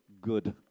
good